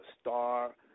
star